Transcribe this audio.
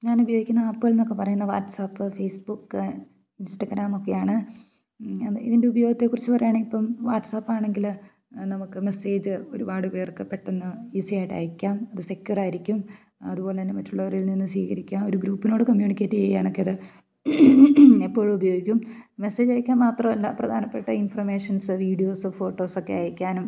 ഞാൻ ഉപയോഗിക്കുന്ന ആപ്പുകൾ എന്നൊക്കെ പറയുന്നത് വാട്സആപ്പ് ഫേസ്ബുക്ക് ഇൻസ്റ്റാഗ്രാംമൊക്കെയാണ് അത് ഇതിൻ്റെ ഉപയോഗത്തെക്കുറിച്ച് പറയാണേൽ ഇപ്പം വാട്സ്ആപ്പ്ണെങ്കിൽ നമുക്ക് മെസ്സേജ് ഒരുപാട് പേർക്ക് പെട്ടന്ന് ഈസിയായിട്ട് അയക്കാം അത് സെക്യൂർ ആയിരിക്കും അതുപോലെ തന്നെ മറ്റുള്ളവരിൽ നിന്ന് സ്വീകരിക്കാം ഒരു ഗ്രൂപ്പിനോട് കമ്മ്യൂണിക്കേറ്റ് ചെയ്യാൻ ഒക്കെ അത് എപ്പോഴും ഉപയോഗിക്കും മെസ്സേജ് അയക്കാൻ മാത്രമല്ല പ്രധാനപ്പെട്ട ഇൻഫർമേഷൻസ് വീഡിയോസ് ഫോട്ടോസൊക്കെ അയക്കാനും